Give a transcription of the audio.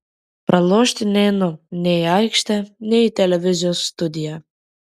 pralošti neinu nei į aikštę nei į televizijos studiją